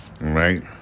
right